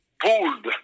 pulled